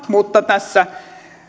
mutta tässä